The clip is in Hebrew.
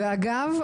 ואגב,